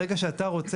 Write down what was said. כי תהיה חובה בחוק